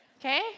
okay